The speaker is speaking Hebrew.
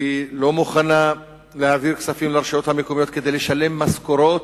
היא לא מוכנה להעביר כספים לרשויות המקומיות כדי לשלם משכורות.